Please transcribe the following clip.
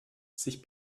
sich